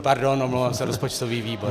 Pardon, omlouvám se, rozpočtový výbor.